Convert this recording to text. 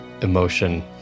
emotion